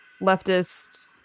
leftist